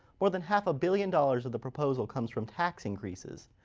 more than half a billion dollars of the proposal comes from tax increases.